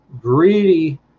greedy